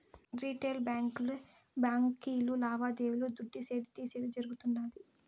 retail బాంకీలే బాంకీలు లావాదేవీలు దుడ్డిసేది, తీసేది జరగుతుండాది